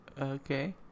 Okay